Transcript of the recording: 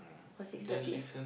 or six thirty